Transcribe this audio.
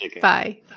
Bye